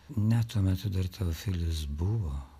ne tuomet dar teofilis buvo